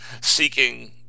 seeking